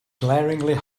glaringly